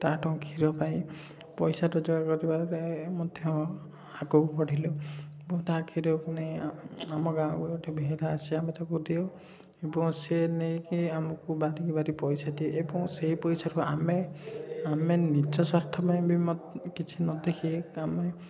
ତା ଠୁଁ କ୍ଷୀର ପାଇ ପଇସା ରୋଜଗାର କରିବାରେ ମଧ୍ୟ ଆଗକୁ ବଢ଼ିଲୁ ଏବଂ ତା କ୍ଷୀରକୁ ନେଇ ଆମ ଗାଁକୁ ଗୋଟେ ବେହେରା ଆସେ ଆମେ ତାକୁ ଦେଉ ଏବଂ ସିଏ ନେଇକି ଆମକୁ ବାରି କି ବାରି ପଇସା ଦିଏ ଏବଂ ସେଇ ପଇସାରୁ ଆମେ ଆମେ ନିଜ ସ୍ୱାର୍ଥ ପାଇଁ ବି କିଛି ନ ଦେଖି ଆମେ